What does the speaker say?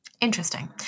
interesting